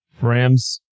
Rams